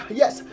yes